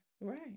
Right